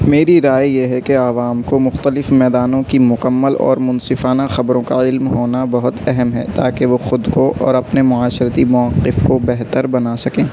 میری رائے یہ ہے کہ عوام کو مختلف میدانوں کی مکمل اور منصفانہ خبروں کا علم ہونا بہت اہم ہے تاکہ وہ خود کو اور اپنے معاشرتی موقف کو بہتر بنا سکیں